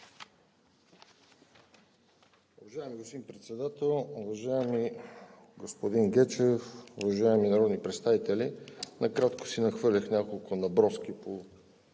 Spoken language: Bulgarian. Уважаеми господин Председател, уважаеми господин Гечев, уважаеми народни представители! Накратко си нахвърлях няколко наброски по